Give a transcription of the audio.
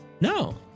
No